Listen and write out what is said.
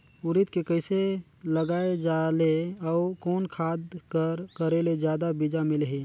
उरीद के कइसे लगाय जाले अउ कोन खाद कर करेले जादा बीजा मिलही?